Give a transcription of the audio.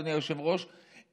אדוני היושב-ראש,